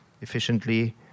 efficiently